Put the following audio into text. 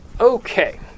Okay